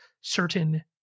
certain